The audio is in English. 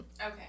Okay